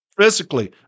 physically